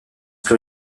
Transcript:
plus